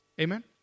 Amen